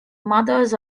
mothers